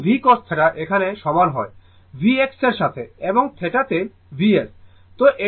সুতরাং v cos θ এখানে সমান হয় v x এর সাথে এবং θ তে Vs